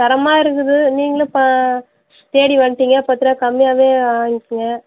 தரமாக இருக்குது நீங்களும் இப்போ தேடி வந்துட்டிங்க பத்துருபா கம்மியாகவே வாங்கிக்கொங்க